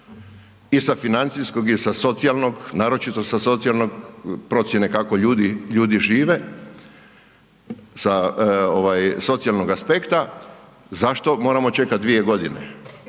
i sa financijskog i sa socijalnog, naročito sa socijalnog procijene kako ljudi, ljudi žive, sa ovaj socijalnog aspekta, zašto moramo čekat 2.g.,